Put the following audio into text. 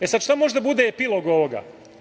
E, sad, šta može da bude epilog ovoga?